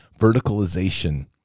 verticalization